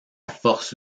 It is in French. force